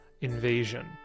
invasion